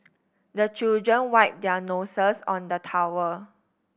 the children wipe their noses on the towel